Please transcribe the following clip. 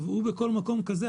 בכל מקום כזה,